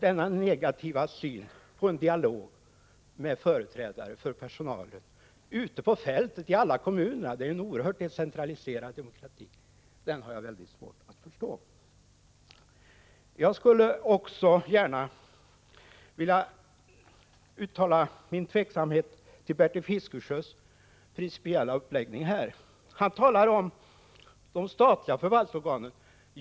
Det är en negativ syn på en dialog med företrädare för personalen ute på fältet i alla kommuner. Det är ju en oerhört decentraliserad demokrati. Den inställningen har jag svårt att förstå. Jag vill också uttala min tveksamhet till Bertil Fiskesjös principiella uppläggning här när han talar om de statliga förvaltningsorganen.